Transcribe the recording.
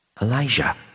Elijah